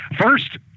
First